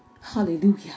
hallelujah